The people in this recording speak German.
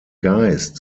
geist